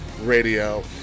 Radio